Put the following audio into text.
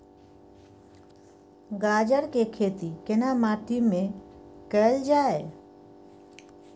गाजर के खेती केना माटी में कैल जाए?